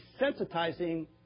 desensitizing